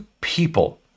people